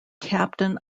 captain